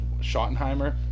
Schottenheimer